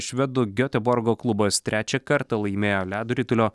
švedų gioteborgo klubas trečią kartą laimėjo ledo ritulio